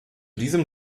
diesem